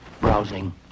browsing